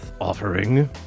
offering